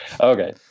okay